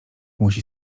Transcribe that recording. musi